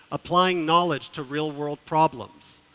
applying knowledge to real world problems.